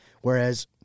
Whereas